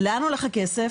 לאן הולך הכסף?